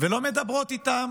ולא מדברות איתם